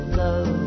love